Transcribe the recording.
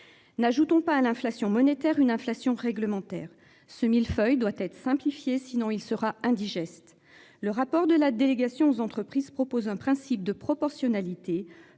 N'ajoutons pas à l'inflation monétaire une inflation réglementaire ce mille-feuille doit être simplifié, sinon il sera indigeste. Le rapport de la délégation aux entreprises proposent un principe de proportionnalité,